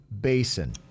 basin